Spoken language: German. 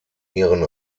ihren